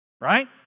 Right